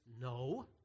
no